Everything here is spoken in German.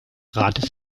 rates